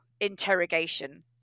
interrogation